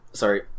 sorry